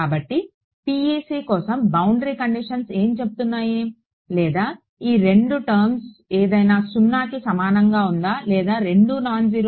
కాబట్టి PEC కోసం boundary conditions ఏమి చెబుతున్నాయి లేదా ఈ రెండు టర్మ్స్లో ఏదైనా సున్నాకి సమానంగా ఉందా లేదా రెండూ నాన్ జీరో